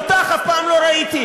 אבל אותך אף פעם לא ראיתי,